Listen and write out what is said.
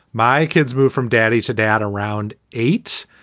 my kids moved from daddy to dad around eight.